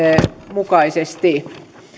mukaisesti